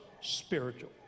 spiritual